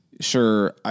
sure